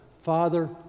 Father